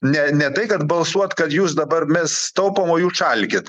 ne ne tai kad balsuot kad jūs dabar mes taupom o jūs šalkit